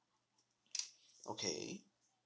okay